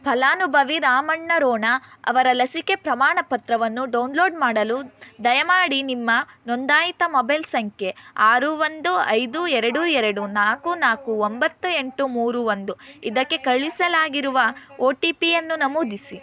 ಫಲಾನುಭವಿ ರಾಮಣ್ಣ ರೋಣ ಅವರ ಲಸಿಕೆ ಪ್ರಮಾಣಪತ್ರವನ್ನು ಡೋನ್ ಲೋಡ್ ಮಾಡಲು ದಯಮಾಡಿ ನಿಮ್ಮ ನೋಂದಾಯಿತ ಮೊಬೈಲ್ ಸಂಖ್ಯೆ ಆರು ಒಂದು ಐದು ಎರಡು ಎರಡು ನಾಲ್ಕು ನಾಲ್ಕು ಒಂಬತ್ತು ಎಂಟು ಮೂರು ಒಂದು ಇದಕ್ಕೆ ಕಳಿಸಲಾಗಿರುವ ಒ ಟಿ ಪಿಯನ್ನು ನಮೂದಿಸಿ